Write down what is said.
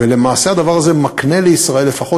ולמעשה הדבר הזה מקנה לישראל לפחות